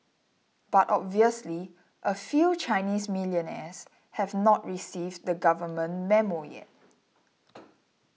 but obviously a few Chinese millionaires have not received the Government Memo yet